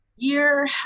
year